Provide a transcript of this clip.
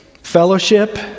fellowship